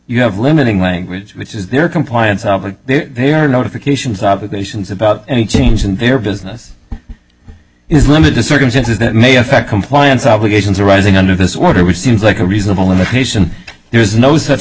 you have limiting language which is their compliance out there notifications obligations about any change in their business is limited to circumstances that may affect compliance obligations arising under this water which seems like a reasonable limitation there is no such